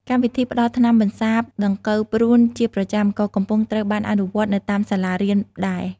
កម្មវិធីផ្តល់ថ្នាំបន្សាបដង្កូវព្រូនជាប្រចាំ ក៏កំពុងត្រូវបានអនុវត្តនៅតាមសាលារៀនដែរ។